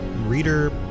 reader